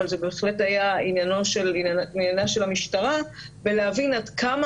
אבל זה בהחלט היה עניינה של המשטרה בלהבין עד כמה